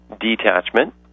detachment